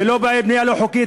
זה לא בעיית בנייה לא חוקית,